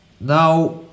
Now